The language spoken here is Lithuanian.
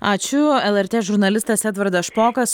ačiū lrt žurnalistas edvardas špokas